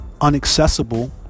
unaccessible